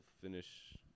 finish